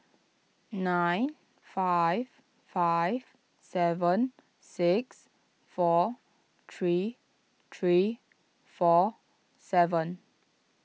nine five five seven six four three three four seven